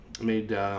Made